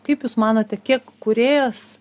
kaip jūs manote kiek kūrėjas